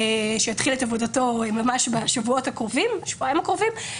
שיתחיל את עבודתו ממש בשבועיים הקרובים.